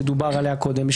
שדובר עליה קודם,